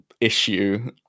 issue